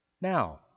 now